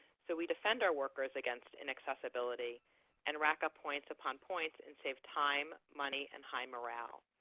so we defend our workers against inaccessibility and rack up points upon points and save time, money, and high morale.